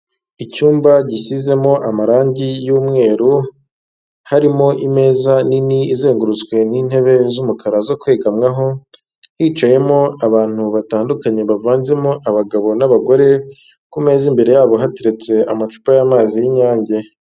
Icyumba gisizemo amarange y'umweru, harimo imeza nini izengurutswe n'intebe z'umukara zo kwegamwaho, hicayemo abantu batandukanye bavanzemo abagabo n'abagore, ku meza imbere yabo hateretse amacupa y'amazi y'inyange.